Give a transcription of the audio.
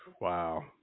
Wow